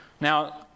Now